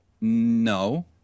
No